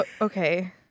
okay